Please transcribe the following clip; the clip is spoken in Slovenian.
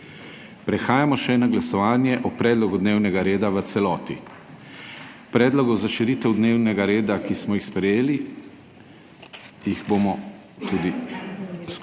Prehajamo še na glasovanje o predlogu dnevnega reda v celoti. Predloge za širitev dnevnega reda, ki smo jih sprejeli, bomo tudi v celoti